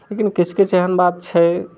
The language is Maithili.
किछु किछु एहन बात छै